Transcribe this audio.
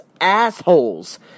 assholes